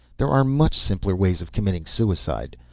there are much simpler ways of committing suicide.